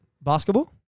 Basketball